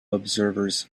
observers